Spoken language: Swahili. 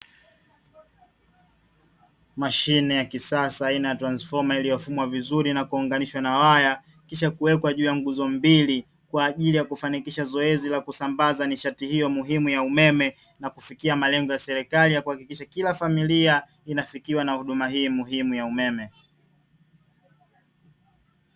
Mashine ya kisasa aina ya transfoma iliyofungwa vizuri na kuunganishwa na waya, kisha kuwekwa juu ya nguzo mbili kwa ajili ya kufanikisha zoezi la kusambaza nishati hiyo muhimu ya umeme, na kufikia malengo ya serikali ya kuhakikisha kila familia inafikiwa na huduma hiyo muhimu ya umeme.